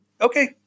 okay